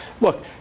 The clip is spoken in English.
Look